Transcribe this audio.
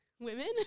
Women